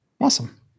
Awesome